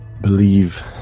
believe